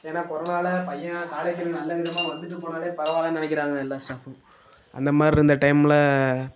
ஏன்னா கொரோனாவில் பையன் காலேஜில் நல்ல விதமாக வந்துட்டு போனாலே பரவாயில்லேன்னு நினைக்கிறாங்க எல்லா ஸ்டாஃபும் அந்த மாதிரி இருந்த டைமில்